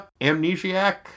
amnesiac